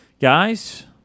Guys